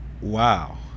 Wow